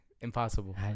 Impossible